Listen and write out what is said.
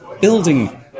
building